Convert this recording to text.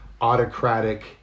autocratic